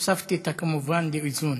הוספתי את ה"כמובן" לאיזון.